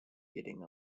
getting